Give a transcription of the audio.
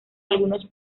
algunos